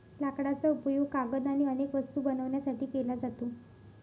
लाकडाचा उपयोग कागद आणि अनेक वस्तू बनवण्यासाठी केला जातो